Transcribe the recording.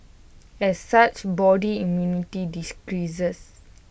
as such body immunity decreases